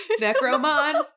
Necromon